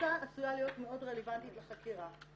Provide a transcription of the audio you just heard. הגרסה עשויה להיות מאוד רלוונטית לחקירה.